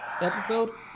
episode